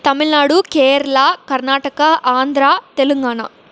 Tamil Nadu Kerala Karnataka Andhra Telangana